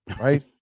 right